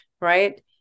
right